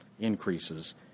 increases